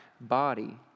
body